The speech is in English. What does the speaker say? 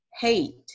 hate